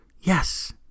Yes